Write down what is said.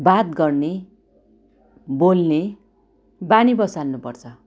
बात गर्ने बोल्ने बानी बसाल्नु पर्छ